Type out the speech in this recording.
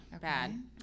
Bad